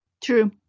True